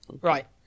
Right